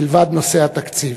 מלבד נושא התקציב.